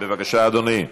בבקשה, אדוני.